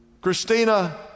Christina